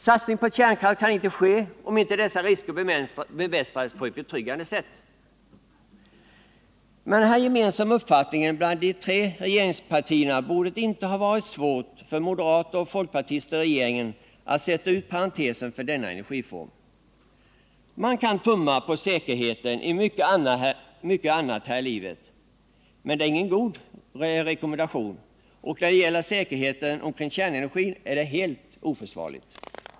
Satsning på kärnkraft kan inte ske, om inte dessa risker bemästras på betryggande sätt.” Med den här gemensamma uppfattningen bland de tre regeringspartierna borde det inte ha varit svårt för moderater och folkpartister i regeringen att sätta ut det bortre parentestecknet för denna energiform. Man kan tumma på säkerheten i mycket annat här i livet, men det är ingen rekommendation, och när det gäller säkerheten omkring kärnenergin är det helt oförsvarligt.